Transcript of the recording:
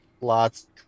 lots